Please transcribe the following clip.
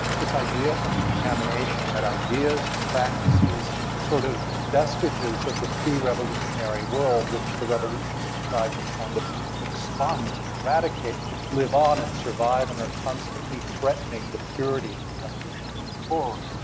this idea of contamination, that ideas, practices, sort of vestiges of the prerevolutionary world which the revolutionist has tried to kind of expunge and eradicate live on and survive and are constantly threatening the purity of the revolution going forward.